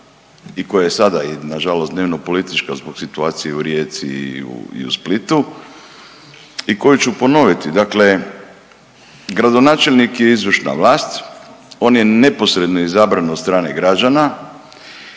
i koje je sada i nažalost dnevnopolitička zbog situacije i u Rijeci i u Splitu i koju ću ponoviti. Dakle, gradonačelnik je izvršna vlast, on je neposredno izabran od strane građana